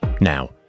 Now